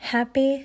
Happy